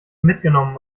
mitgenommen